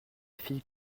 fille